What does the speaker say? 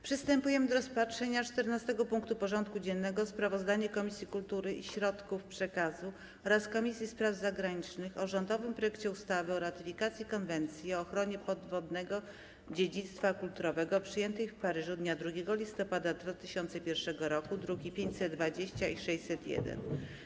Przystępujemy do rozpatrzenia punktu 14. porządku dziennego: Sprawozdanie Komisji Kultury i Środków Przekazu oraz Komisji Spraw Zagranicznych o rządowym projekcie ustawy o ratyfikacji Konwencji o ochronie podwodnego dziedzictwa kulturowego, przyjętej w Paryżu dnia 2 listopada 2001 r. (druki nr 520 i 601)